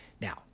Now